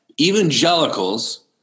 evangelicals